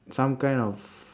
some kind of